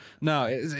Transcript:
no